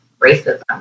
racism